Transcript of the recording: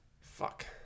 fuck